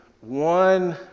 one